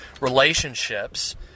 relationships